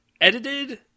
edited